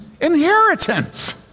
inheritance